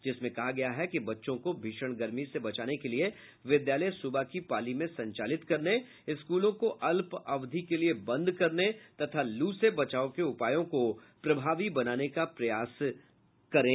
जिसमें कहा गया है कि बच्चों को भीषण गर्मी से बचाने के लिए विद्यालय सुबह की पाली में संचालित करने स्कूलों को अल्प अवधि के लिए बंद करने तथा लू से बचाव के उपायों को प्रभावी बनाने का प्रयास करें